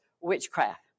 witchcraft